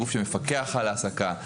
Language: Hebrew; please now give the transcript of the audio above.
הגוף שמפקח על ההעסקה.